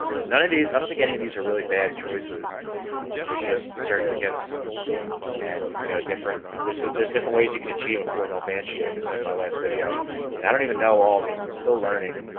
and none of these i don't think any of these are really bad choices there's just certain kits and you know different there's ah there's different different ways. you can achieve a four male banshee like i said in my last video and i don't even know all of them. i'm still learning